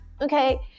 Okay